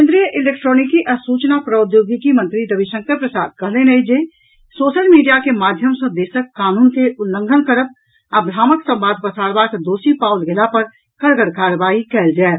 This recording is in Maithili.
केन्द्रीय इलेक्ट्रॉनिकी आ सूचना प्राद्योगिकी मंत्री रविशंकर प्रसाद कहलनि अछि जे सोशल मीडिया के माध्यम सँ देशक कानूनक उल्लंघन करब आ भ्रामक संवाद पसारबाक दोषी पाओल गेला पर कड़गर कार्रवाई कयल जायत